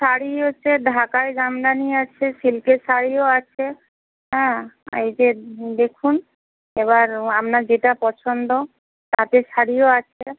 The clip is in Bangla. শাড়ি হচ্ছে ঢাকাই জামদানি আছে সিল্কের শাড়িও আছে হ্যাঁ এই যে দেখুন এবার আপনার যেটা পছন্দ তাঁতের শাড়িও আছে